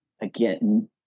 again